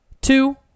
two